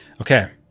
Okay